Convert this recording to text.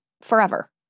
forever